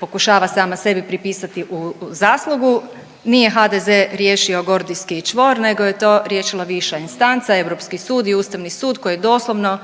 pokušava sama sebi pripisati zaslugu. Nije HDZ riješio gordijski čvor, nego je to riješila viša instanca Europski sud i Ustavni sud koji je doslovno